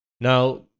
Now